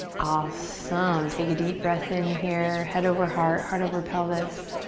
awesome, take a deep breath in here. head over heart, heart over pelvis.